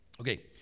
okay